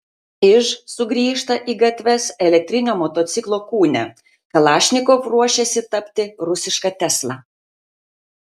iž sugrįžta į gatves elektrinio motociklo kūne kalašnikov ruošiasi tapti rusiška tesla